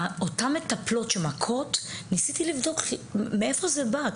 אותן מטפלות שמכות ניסיתי לבדוק מאיפה זה בא.